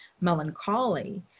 melancholy